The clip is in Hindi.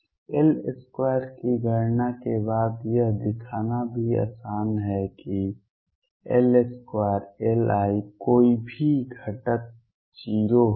L2 की गणना के बाद यह दिखाना भी आसान है कि L2 Li कोई भी घटक 0 होगा